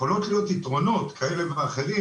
יכולים להיות יתרונות כאלה ואחרים,